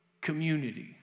community